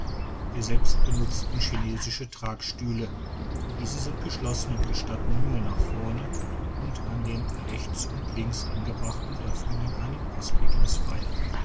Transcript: wir selbst benutzten chinesische tragstühle diese sind geschlossen und gestatten nur nach vorne und an den rechts und links angebrachten oeffnungen einen ausblick in's freie